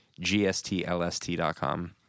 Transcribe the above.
gstlst.com